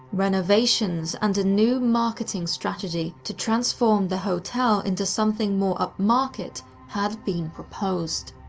renovations and a new marketing strategy to transform the hotel into something more upmarket had been proposed.